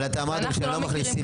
אבל אתם אמרתם שלא נכנסים לשב"ן.